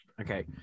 Okay